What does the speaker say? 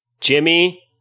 Jimmy